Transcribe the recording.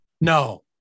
No